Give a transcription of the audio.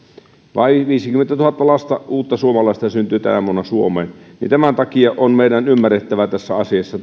vain viisikymmentätuhatta lasta uutta suomalaista syntyy tänä vuonna suomeen tämän takia meidän on ymmärrettävä tässä asiassa